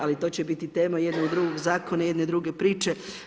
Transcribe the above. Ali to će biti tema jednog drugog zakona, jedne druge priče.